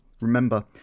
remember